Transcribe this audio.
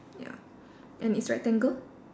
ya and it's rectangle